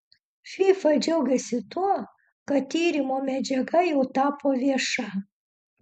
fifa džiaugiasi tuo kad tyrimo medžiaga jau tapo vieša